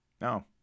no